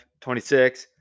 26